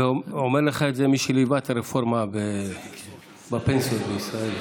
אומר לך את זה מי שליווה את הרפורמה בפנסיות בישראל,